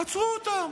עצרו אותם